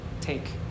take